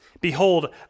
Behold